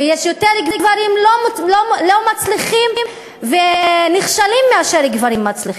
ויש יותר גברים לא מצליחים ונכשלים מגברים מצליחים.